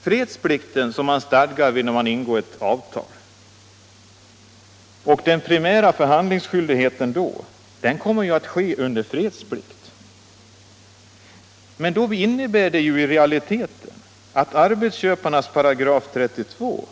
När ett avtal ingås stadgar man fredsplikt, och den primära förhandlingsskyldigheten gäller då under fredsplikt. Detta innebär i realiteten att arbetsköparnas § 32